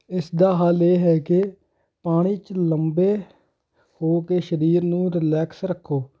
ਇਸ ਦਾ ਹੱਲ ਇਹ ਹੈ ਕਿ ਪਾਣੀ 'ਚ ਲੰਬੇ ਹੋ ਕੇ ਸਰੀਰ ਨੂੰ ਰਿਲੈਕਸ ਰੱਖੋ